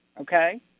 okay